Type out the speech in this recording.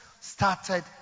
started